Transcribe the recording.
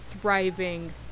thriving